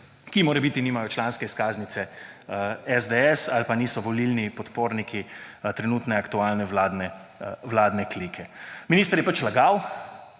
ki morebiti nimajo članske izkaznice SDS ali pa niso volilni podporniki trenutne, aktualne vladne klike. Minister je pač lagal,